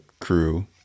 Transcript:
crew